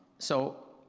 so,